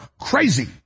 crazy